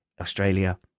Australia